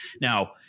Now